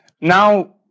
now